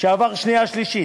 שעברה קריאה שנייה ושלישית.